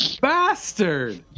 bastard